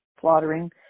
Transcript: slaughtering